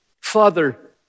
Father